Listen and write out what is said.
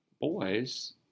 boys